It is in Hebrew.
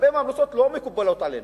הרבה מההמלצות לא מקובלות עלינו.